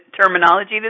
terminology